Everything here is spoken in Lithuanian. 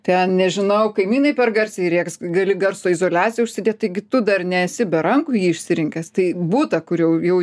ten nežinau kaimynai per garsiai rėks gali garso izoliaciją užsidėt taigi tu dar nesi be rankų jį išsirenkęs tai butą kur jau jau